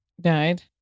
died